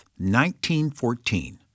1914